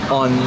on